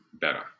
better